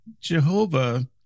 Jehovah